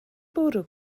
bwrw